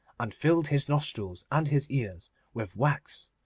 and filled his nostrils and his ears with wax,